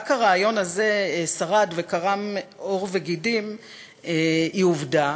רק הרעיון הזה שרד וקרם עור וגידים היא עובדה,